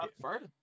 First